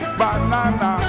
banana